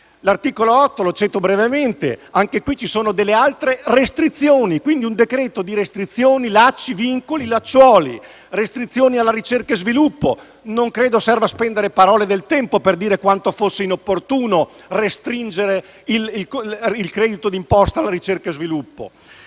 l'articolo 8, che cito brevemente, contiene delle altre restrizioni. Si tratta, quindi, di un decreto-legge fatto di restrizioni, lacci, vincoli, lacciuoli e restrizioni su ricerca e sviluppo. Non credo serva spendere parole e tempo per dire quanto fosse inopportuno restringere il credito d'imposta su ricerca e sviluppo.